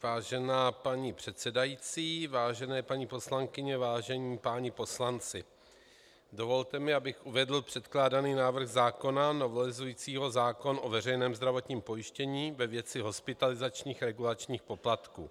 Vážená paní předsedající, vážené paní poslankyně, vážení páni poslanci, dovolte mi, abych uvedl předkládaný návrh zákona novelizující zákon o veřejném zdravotním pojištění ve věci hospitalizačních regulačních poplatků.